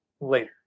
later